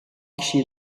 kişiyi